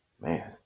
man